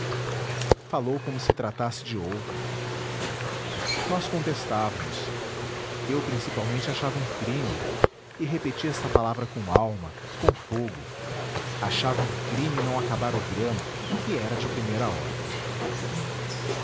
falou como se tratasse de outrem nós contestávamos eu www nead unama br principalmente achava um crime e repetia esta palavra com alma com fogo achava um crime não acabar o drama que era de primeira ordem